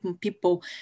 people